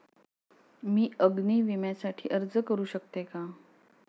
मी अग्नी विम्यासाठी अर्ज करू शकते का?